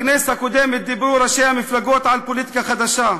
בכנסת הקודמת דיברו ראשי המפלגות על פוליטיקה חדשה,